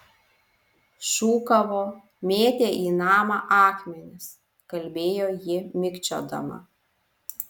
šūkavo mėtė į namą akmenis kalbėjo ji mikčiodama